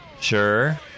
Sure